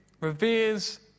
reveres